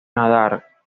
nadar